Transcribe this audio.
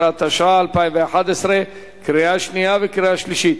15), התשע"א 2011, קריאה שנייה וקריאה שלישית.